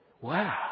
Wow